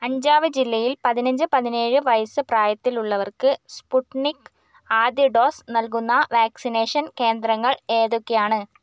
അഞ്ജാവ് ജില്ലയിൽ പതിനഞ്ച് പതിനേഴ് വയസ്സ് പ്രായത്തിലുള്ളവർക്ക് സ്പുട്നിക് ആദ്യ ഡോസ് നൽകുന്ന വാക്സിനേഷൻ കേന്ദ്രങ്ങൾ ഏതൊക്കെയാണ്